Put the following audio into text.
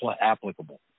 applicable